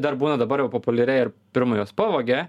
dar būna dabar jau populiarėja ir pirma juos pavogia